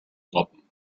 robben